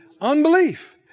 Unbelief